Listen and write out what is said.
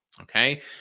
okay